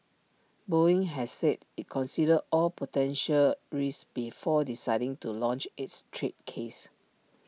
boeing has said IT considered all potential risks before deciding to launch its trade case